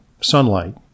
sunlight